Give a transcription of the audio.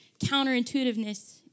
counterintuitiveness